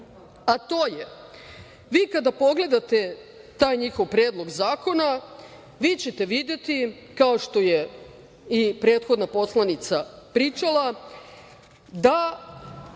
a to je – vi kada pogledate taj njihov Predlog zakona vi ćete videti, kao što je i prethodna poslanica pričala, da